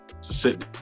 sit